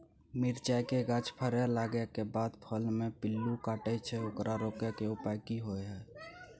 मिरचाय के गाछ फरय लागे के बाद फल में पिल्लू काटे छै ओकरा रोके के उपाय कि होय है?